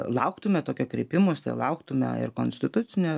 lauktume tokio kreipimosi lauktume ir konstitucinio